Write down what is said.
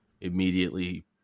immediately